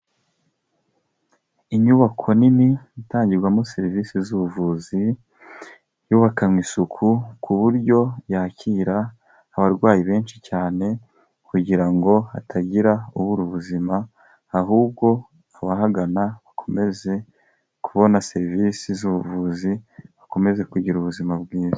Inyubako nini itangirwamo serivisi z'ubuvuzi, yubakanywe isuku ku buryo yakira abarwayi benshi cyane kugira ngo hatagira uburara ubuzima, ahubwo abahagana bakomeza kubona serivisi z'ubuvuzi bakomeze kugira ubuzima bwiza.